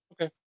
Okay